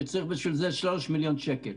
שצריך בשביל זה 3 מיליון שקל.